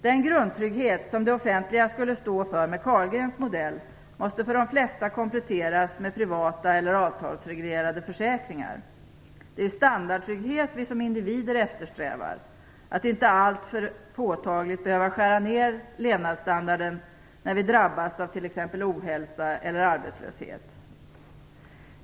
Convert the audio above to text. Den grundtrygghet som det offentliga skulle stå för med Carlgrens modell måste för de flesta kompletteras med privata eller avtalsreglerade försäkringar. Det är ju standardtrygghet vi som individer eftersträvar - att inte alltför påtagligt behöva skära ned levnadsstandarden när vi drabbas av t.ex. ohälsa eller arbetslöshet.